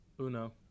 Uno